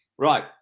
Right